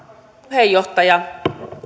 puheenjohtaja